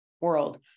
world